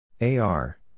AR